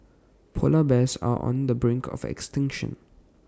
Polar Bears are on the brink of extinction